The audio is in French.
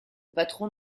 patron